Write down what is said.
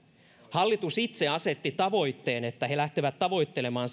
hallitus itse asetti tavoitteen että he lähtevät tavoittelemaan